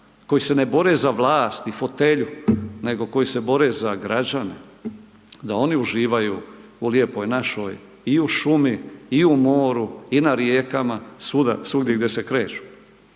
koji se ne bore za vlast i fotelju, nego koji se bore za građane, da oni uživaju u Lijepoj našoj, i u šumi, i u moru, i na rijekama, svuda, svugdje se kreću.